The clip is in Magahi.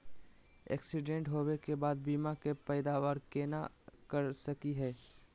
एक्सीडेंट होवे के बाद बीमा के पैदावार केना कर सकली हे?